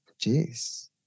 Jeez